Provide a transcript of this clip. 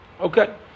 Okay